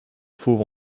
fauve